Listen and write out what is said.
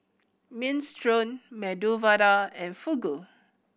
Minestrone Medu Vada and Fugu